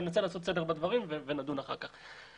אני אנסה לעשות סדר בדברים ונדון אחר כך.